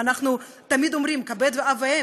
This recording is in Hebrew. אנחנו תמיד אומרים: כבד אב ואם,